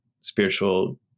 spiritual